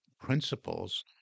principles